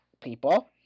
people